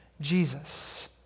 Jesus